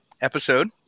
episode